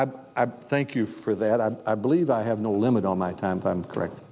i thank you for that i believe i have no limit on my time time correct